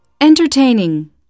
Entertaining